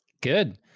Good